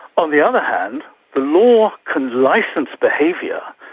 on the other hand, the law can license behaviour,